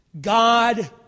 God